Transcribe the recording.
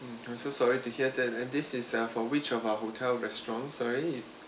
mm I'm so sorry to hear that and this is uh for which of our hotel restaurant sorry